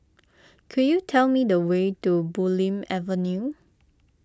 could you tell me the way to Bulim Avenue